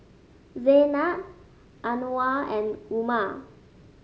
Zaynab Anuar and Umar